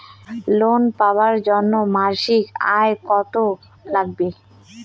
Loan পাবার জন্যে মাসিক আয় কতো লাগবে?